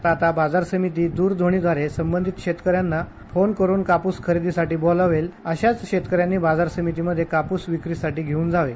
आता बाजार समिती द्रध्वनीद्वारे संबंधित शेतकऱ्यांना फोन करून काप्रस खरेदीसाठी बोलावले अशाच शेतकऱ्यांनी बाजार समितीमध्ये कापूस विक्रीसाठी घेऊन जावे